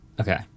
Okay